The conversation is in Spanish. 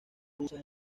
rusa